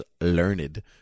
learned